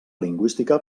lingüística